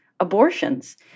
Abortions